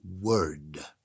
word